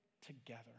together